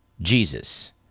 Jesus